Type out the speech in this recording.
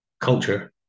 culture